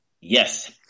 Yes